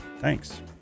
Thanks